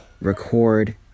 record